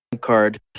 Card